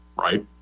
right